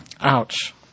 Ouch